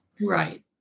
right